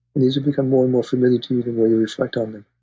these will become more and more familiar to you than when you reflect on them.